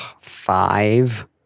Five